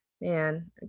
man